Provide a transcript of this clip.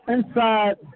Inside